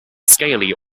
scaly